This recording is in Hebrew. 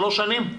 שלוש שנים?